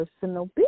personal